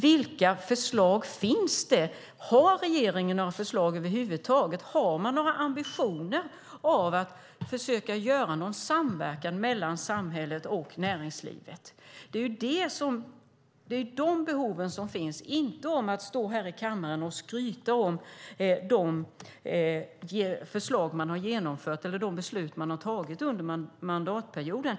Vilka förslag finns? Har regeringen några förslag över huvud taget? Har man några ambitioner att försöka få till någon samverkan mellan samhället och näringslivet? Det är ju de behoven som finns, inte att stå här i kammaren och skryta om de beslut man har tagit under mandatperioden.